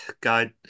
God